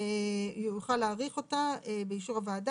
הוא יוכל להאריך את התקופה באישור הוועדה